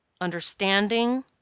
understanding